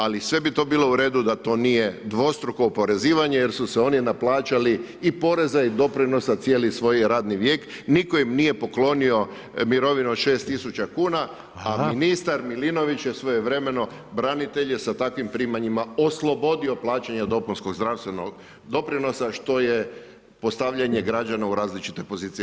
Ali sve bi to bilo u redu da to nije dvostruko oporezivanje jer su se oni naplaćali i poreza i doprinosa cijeli svoj radni vijek, nitko im nije poklonio mirovinu od 6000 kuna, a ministar Milinović je svojevremeno branitelje sa takvim primanjima oslobodio plaćanja dopunskog zdravstvenog doprinosa, što je postavljanje građana u različite pozicije.